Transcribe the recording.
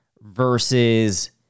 versus